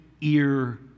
ear